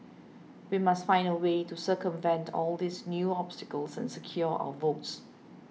we must find a way to circumvent all these new obstacles and secure our votes